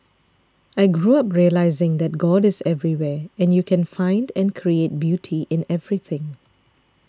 I grew up realising that God is everywhere and you can find and create beauty in everything